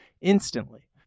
instantly